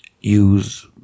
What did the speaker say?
use